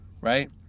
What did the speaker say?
right